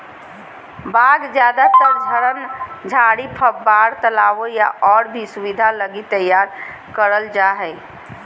बाग ज्यादातर झरन, झाड़ी, फव्वार, तालाबो या और भी सुविधा लगी तैयार करल जा हइ